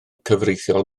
cyfreithiol